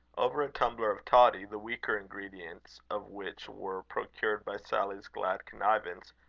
over a tumbler of toddy, the weaker ingredients of which were procured by sally's glad connivance,